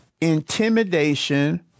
intimidation